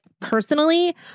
personally